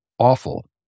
Awful